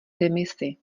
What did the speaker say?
demisi